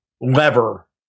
lever